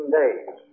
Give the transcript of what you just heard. days